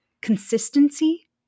consistency